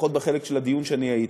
לפחות בחלק של הדיון שאני הייתי,